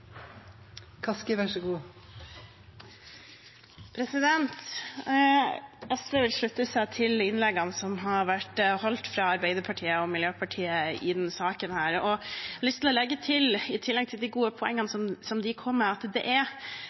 SV vil slutte seg til innleggene som har vært holdt fra Arbeiderpartiet og Miljøpartiet De Grønne i denne saken. Jeg har lyst til å legge til, i tillegg til de gode poengene som de kom med, at det er